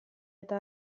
eta